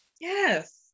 yes